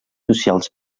socials